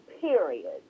period